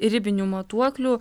ribinių matuoklių